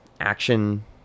action